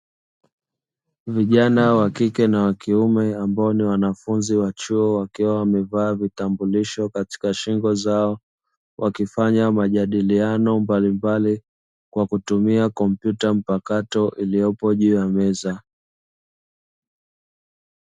Vijana wa kike na wa kiume ambao ni wanafunzi wa chuo wakiwa wamevaa vitambulisho katika shingo zao, wakifanya majadiliano mbalimbali Kwa kutumia kompyuta mpakato iliyopo juu ya meza.